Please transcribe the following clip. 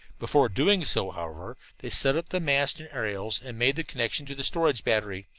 before doing so, however, they set up the mast and aerials and made the connection to the storage battery.